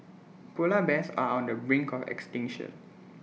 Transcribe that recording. Polar Bears are on the brink of extinction